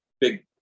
big